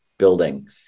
Building